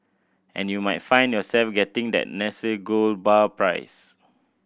and you might find yourself getting that Nestle gold bar prize